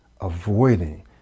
avoiding